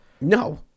No